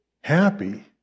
Happy